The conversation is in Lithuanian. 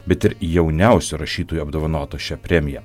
bet ir jauniausiu rašytoju apdovanotu šia premija